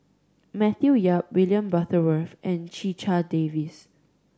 Matthew Yap William Butterworth and Checha Davies